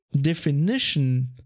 definition